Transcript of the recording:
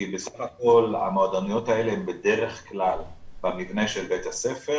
כי בסך הכל המועדוניות האלה הן בדרך כלל במבנה של בית הספר,